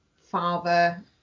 father